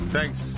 Thanks